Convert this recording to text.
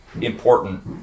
important